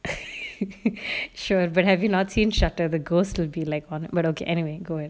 sure but have you not seen shutter the ghost will be like on what okay anyway go ahead